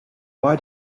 why